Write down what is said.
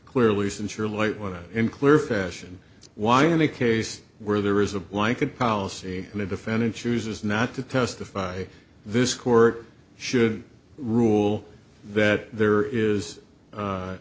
clearly since you're late what unclear fashion why in the case where there is a blanket policy and the defendant chooses not to testify this court should rule that there is